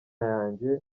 yanjye